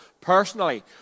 Personally